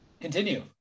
continue